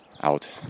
Out